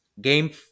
Game